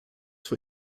vor